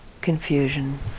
confusion